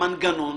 מנגנון